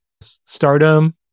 stardom